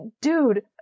dude